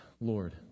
Lord